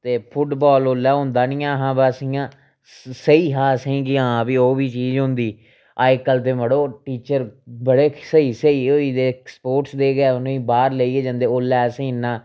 ते football ओल्लै होंदा नी ऐ हा बस इ'यां सेही हा असेंगी कि हां कि ओह् बी चीज़ होंदी अज्जकल ते मड़ो टीचर बड़े स्हेई स्हेई होई गेदे स्पोर्ट्स ते गै उ'नेंगी बाह्र लेइयै जंदे ओल्लै असेंगी इन्ना